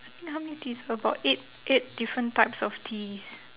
eh how many teas about eight eight different types of teas